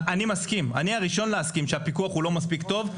אני הראשון להסכים שהפיקוח הוא לא מספיק טוב.